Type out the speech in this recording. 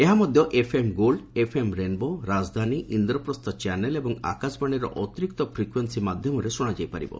ଏହା ମଧ୍ୟ FM gold FM rainbow Rajdhani Indraprastha channel ଏବଂ ଆକାଶବାଣୀର ଅତିରିକ୍ତ ଫ୍ରିକ୍ୱେନ୍ସି ମାଧ୍ୟମରେ ଶୁଣାଯାଇ ପାରିବ